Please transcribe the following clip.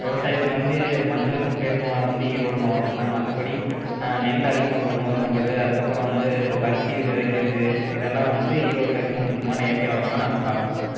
விவசாயத்தில் வந்து மஞ்சளுக்குனு பேர் போனது வந்து ஈரோடு மாவட்டம் தான் மற்றபடி நெல் அதிகமாக கொள்முதல் பண்ணுறது அதுக்கப்புறம் வந்து பருத்தி விதைக்கிறது இதெல்லாம் வந்து ஈரோட்டில் இருக்கற முக்கியமான இயற்கை வளங்களாக நாங்கள் பார்க்கறோம்